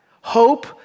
Hope